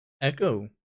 Echo